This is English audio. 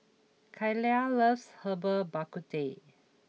Kaila loves Herbal Bak Ku Teh